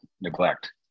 neglect